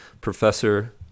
professor